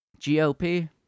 gop